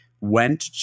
went